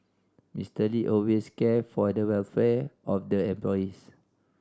Mister Lee always cared for the welfare of the employees